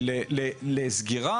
לסגירה,